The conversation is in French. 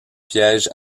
pièges